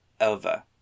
over